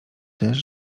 też